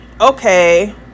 Okay